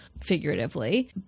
figuratively